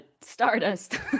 Stardust